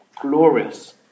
glorious